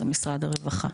הוא משרד הרווחה.